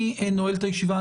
אני נועל את הישיבה.